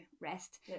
rest